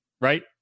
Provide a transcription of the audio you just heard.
right